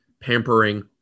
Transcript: pampering